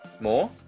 more